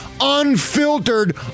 unfiltered